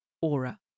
Aura